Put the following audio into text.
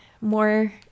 more